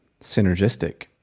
synergistic